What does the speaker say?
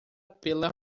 pela